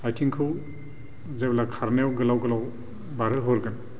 आथिंखौ जेब्ला खारनायाव गोलाव गोलाव बारहो हरगोन